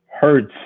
Hurts